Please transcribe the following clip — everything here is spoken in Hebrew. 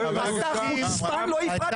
אתה חוצפן, לא הפרעתי לך.